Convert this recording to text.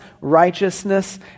righteousness